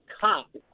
cop